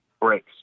breaks